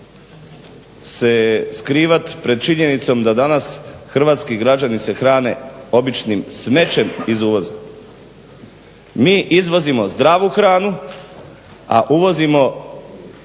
se skrivat pred činjenicom da danas hrvatski građani se hrane običnim smećem iz uvoza. Mi izvozimo zdravu hranu a uvozimo